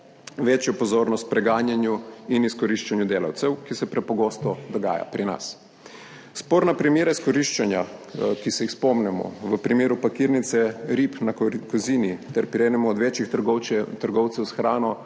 večjo pozornost preganjanju in izkoriščanju delavcev, ki se prepogosto dogaja pri nas. Sporna primera izkoriščanja, ki se jih spomnimo v primeru pakirnice rib na Kozini ter pri enem od večjih trgovcev s hrano,